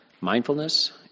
Mindfulness